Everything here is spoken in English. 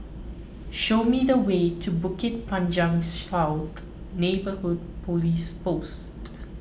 show me the way to Bukit Panjang South Neighbourhood Police Post